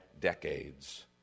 decades